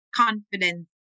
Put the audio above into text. Confidence